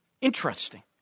Interesting